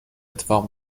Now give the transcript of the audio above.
اتفاق